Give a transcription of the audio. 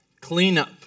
cleanup